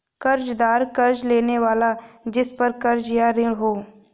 कर्ज़दार कर्ज़ लेने वाला जिसपर कर्ज़ या ऋण हो